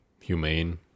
humane